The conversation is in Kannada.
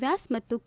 ವ್ಯಾಸ್ ಮತ್ತು ಕೆ